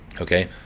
okay